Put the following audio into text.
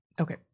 Okay